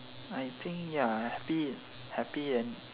I think ya happy happy then